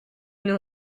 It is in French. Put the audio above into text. nous